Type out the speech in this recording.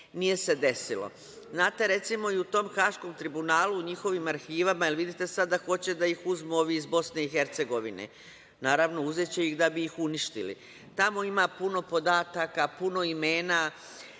nije se desilo. Znate, recimo i u tom Haškom tribunalu, u njihovim arhivama, jel vidite sad da hoće da ih uzmu ovi iz Bosne i Hercegovine? Naravno, uzeće ih da bi ih uništili. Tamo ima puno podataka, puno imena